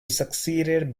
succeeded